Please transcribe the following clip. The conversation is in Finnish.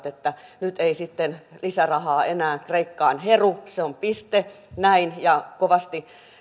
että nyt ei sitten lisärahaa enää kreikkaan heru se on piste näin kovasti